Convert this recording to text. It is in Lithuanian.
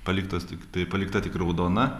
paliktos tiktai palikta tik raudona